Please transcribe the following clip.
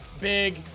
big